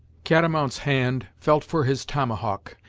catamount's hand felt for his tomahawk,